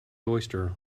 oyster